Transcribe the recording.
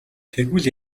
тэгвэл